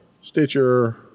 Stitcher